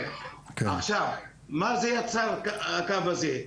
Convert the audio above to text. כן, עכשיו מה יצר הקו הזה?